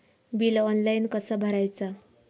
Bill online कसा भरायचा?